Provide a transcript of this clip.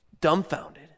dumbfounded